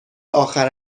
آخر